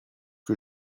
que